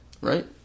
right